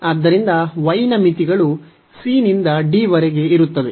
ಆದ್ದರಿಂದ y ನ ಮಿತಿಗಳು c ನಿಂದ d ವರೆಗೆ ಇರುತ್ತದೆ